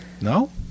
No